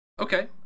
Okay